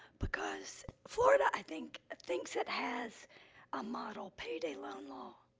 because florida, i think, thinks it has a model payday loan law.